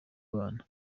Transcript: bana